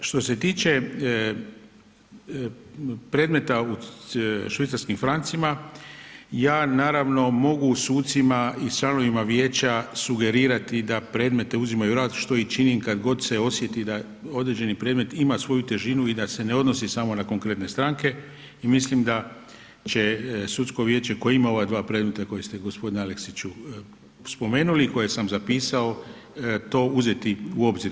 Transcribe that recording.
Što se tiče predmeta u švicarskim francima ja naravno mogu sucima i članovima vijeća sugerirali da predmete uzimaju u rad što i činim kada god se osjeti da određeni predmet ima svoju težinu i da se ne odnosi samo na konkretne stranke i mislim da će sudsko vijeće koje ima ova dva predmeta koje ste g. Aleksiću spomenuli i koje sam zapisao to uzeti u obzir.